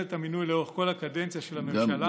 את המינוי לאורך כל הקדנציה של הממשלה.